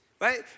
Right